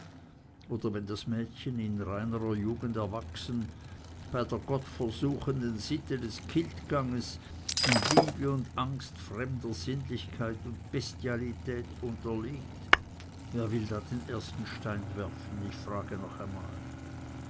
oder wenn das mädchen in reinerer jugend erwachsen bei der gott versuchenden sitte des kiltganges in liebe und angst fremder sinnlichkeit und bestialität unterliegt wer will da den ersten stein werfen ich frage noch einmal